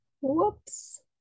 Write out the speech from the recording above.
Whoops